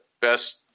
best